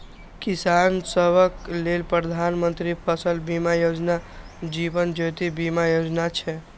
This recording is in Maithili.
किसान सभक लेल प्रधानमंत्री फसल बीमा योजना, जीवन ज्योति बीमा योजना छै